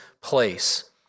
place